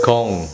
Kong